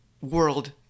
world